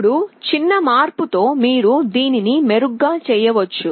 ఇప్పుడు చిన్న మార్పు తో మీరు దీనిని మెరుగ్గా చేయవచ్చు